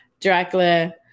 Dracula